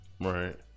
Right